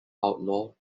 outlaw